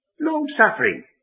long-suffering